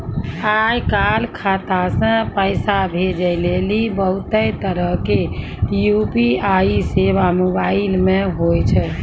आय काल खाता से पैसा भेजै लेली बहुते तरहो के यू.पी.आई सेबा मोबाइल मे होय छै